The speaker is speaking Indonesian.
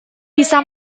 bisa